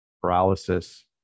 Paralysis